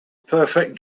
perfect